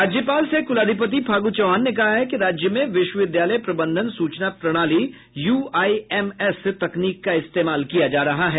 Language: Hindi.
राज्यपाल सह कुलाधिपति फागू चौहान ने कहा है कि राज्य में विश्वविद्यालय प्रबंधन सूचना प्रणाली यूआईएमएस तकनीक का इस्तेमाल किया जा रहा है